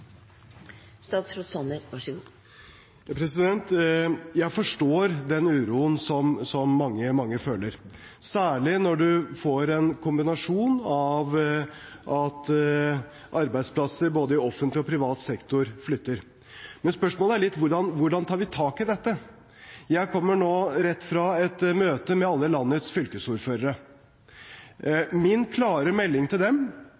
Jeg forstår den uroen som mange føler, særlig når man får en kombinasjon av at arbeidsplasser både i offentlig og privat sektor flytter. Men spørsmålet er litt hvordan vi tar tak i dette. Jeg kommer nå rett fra et møte med alle landets fylkesordførere. Min klare melding til